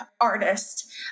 artist